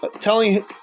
telling